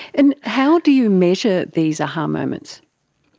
and how do you measure these a-ha um moments?